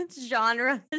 genres